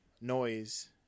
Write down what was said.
noise